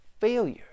Failure